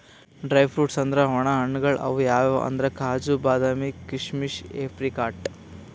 dry fruits ಅಂದ್ರ ವಣ ಹಣ್ಣ್ಗಳ್ ಅವ್ ಯಾವ್ಯಾವ್ ಅಂದ್ರ್ ಕಾಜು, ಬಾದಾಮಿ, ಕೀಶಮಿಶ್, ಏಪ್ರಿಕಾಟ್